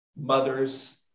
mothers